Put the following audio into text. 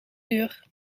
uur